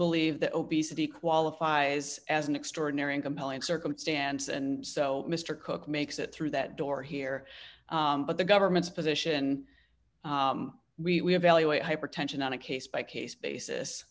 believe that obesity qualifies as an extraordinary and compelling circumstance and so mr cook makes it through that door here but the government's position we value a hypertension on a case by case basis